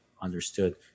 understood